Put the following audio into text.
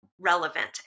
relevant